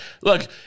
Look